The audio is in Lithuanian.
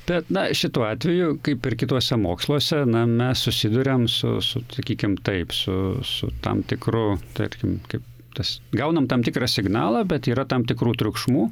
bet na šituo atveju kaip ir kituose moksluose na mes susiduriam su su sakykim taip su su tam tikru tarkim kaip tas gaunam tam tikrą signalą bet yra tam tikrų triukšmų